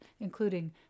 including